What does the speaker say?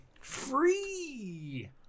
Free